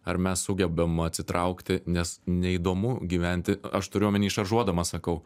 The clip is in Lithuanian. ar mes sugebam atsitraukti nes neįdomu gyventi aš turiu omeny šaržuodamas sakau